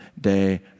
day